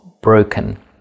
broken